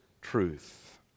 truth